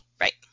right